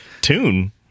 Tune